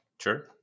Sure